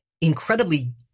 incredibly